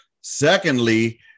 secondly